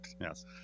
Yes